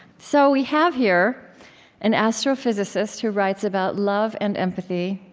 so we have here an astrophysicist who writes about love and empathy,